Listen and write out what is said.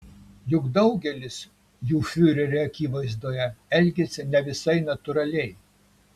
juk daugelis jų fiurerio akivaizdoje elgiasi ne visai natūraliai